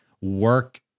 work